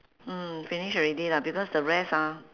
mm finish already lah because the rest ah